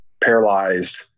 paralyzed